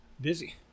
dizzy